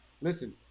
listen